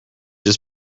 his